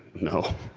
no